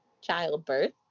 childbirth